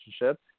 relationship